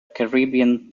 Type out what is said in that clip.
caribbean